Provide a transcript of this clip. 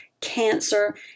cancer